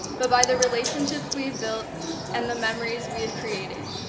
but by the relationships we've built and the memories we have created.